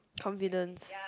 confidence